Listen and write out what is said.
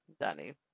Danny